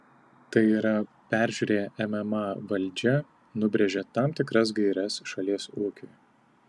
tai yra peržiūrėję mma valdžia nubrėžia tam tikras gaires šalies ūkiui